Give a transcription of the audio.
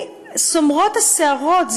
סומרות השערות.